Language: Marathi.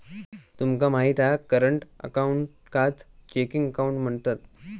तुमका माहित हा करंट अकाऊंटकाच चेकिंग अकाउंट म्हणतत